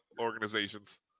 organizations